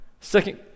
Second